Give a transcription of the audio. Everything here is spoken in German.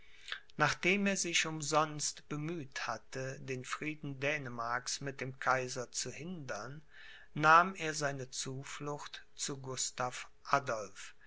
nachdem er sich umsonst bemüht hatte den frieden dänemarks mit dem kaiser zu hindern nahm er seine zuflucht zu gustav adolph